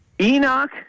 Enoch